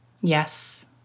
Yes